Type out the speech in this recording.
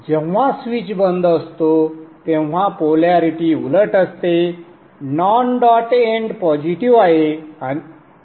जेव्हा स्विच बंद असतो तेव्हा पोलॅरिटी उलट असते नॉन डॉट एंड पॉझिटिव्ह आहे